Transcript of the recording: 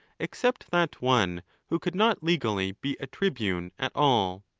except that one who could not legally be a tribune at all,